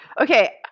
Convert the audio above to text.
Okay